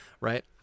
right